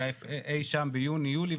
היה אי שם ביוני יולי,